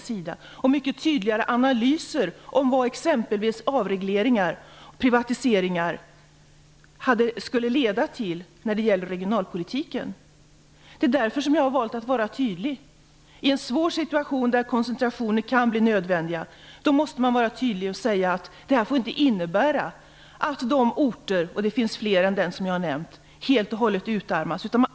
Det hade också behövts mycket tydligare analyser om vad t.ex. avregleringar och privatiseringar skulle leda till när det gäller regionalpolitiken. Det är därför som jag har valt att vara tydlig. I en svår situation där koncentrationer kan bli nödvändiga måste man var tydlig och säga att detta inte får innebära att de orter - det finns fler än den som jag har nämnt - helt och hållet utarmas.